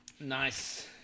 Nice